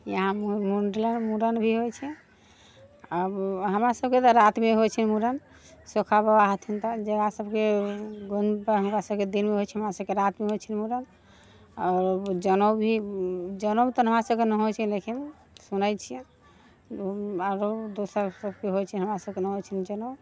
इहाँ मुण्डलन मुड़न भी होइ छै आब हमरा सभके तऽ रातिमे होइ छै मुड़न सोखा बाबा हथिन तऽ जकरा सभके हमरा सभके दिनमे होइ छै हमरा सभके रातिमे होइ छै मुड़न आओरो जनेऊ भी जनेऊ तऽ हमरा सभके नहि हो छै लेकिन सुनै छियै आओरो दोसरके होइ छै हमरा सभके नहि होइ छै जनेऊ